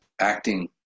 acting